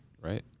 right